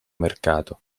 mercato